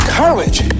courage